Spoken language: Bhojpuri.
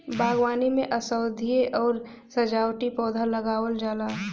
बागवानी में औषधीय आउर सजावटी पौधा लगावल जाला